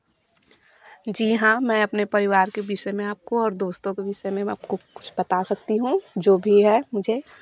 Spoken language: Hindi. जी हाँ मैं अपने परिवार के विषय में आपको और दोस्तों को विषय में मैं आपको कुछ बता सकती हूँ जो भी है मुझे